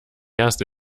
erste